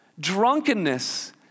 Drunkenness